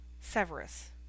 SEVERUS